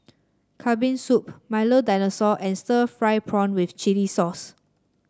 Kambing Soup Milo Dinosaur and Stir Fried Prawn with Chili Sauce